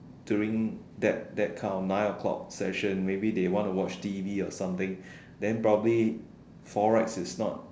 during that that kind of nine o-clock session maybe they want to watch T_V or something then probably Forex is not